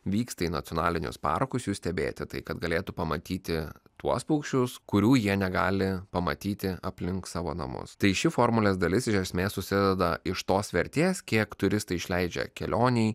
vyksta į nacionalinius parkus jų stebėti tai kad galėtų pamatyti tuos paukščius kurių jie negali pamatyti aplink savo namus tai ši formulės dalis iš esmės susideda iš tos vertės kiek turistai išleidžia kelionei